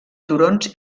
turons